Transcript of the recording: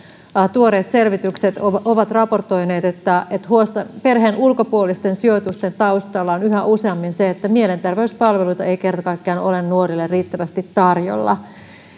tuoreet selvitykset ovat ovat raportoineet että että perheen ulkopuolisten sijoitusten taustalla on yhä useammin se että mielenterveyspalveluita ei kerta kaikkiaan ole nuorille riittävästi tarjolla